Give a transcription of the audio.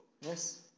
Yes